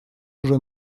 уже